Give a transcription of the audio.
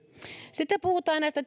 sitten puhutaan näistä